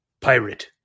Pirate